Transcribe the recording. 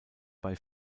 bei